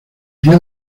día